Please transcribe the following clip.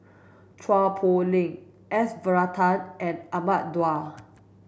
Chua Poh Leng S Varathan and Ahmad Daud